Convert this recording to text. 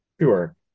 Sure